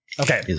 Okay